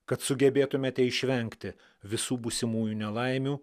kad sugebėtumėte išvengti visų būsimųjų nelaimių